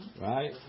Right